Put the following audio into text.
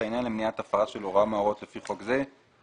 העניין למניעת הפרה של הוראה מההוראות לפי חוק זה בידי